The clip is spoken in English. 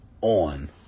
on